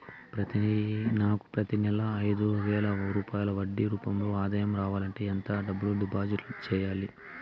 నాకు ప్రతి నెల ఐదు వేల రూపాయలు వడ్డీ రూపం లో ఆదాయం రావాలంటే ఎంత డబ్బులు డిపాజిట్లు సెయ్యాలి?